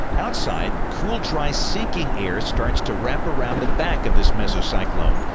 outside, cool, dry, sinking air starts to wrap around the back of this mesocyclone,